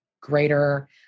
greater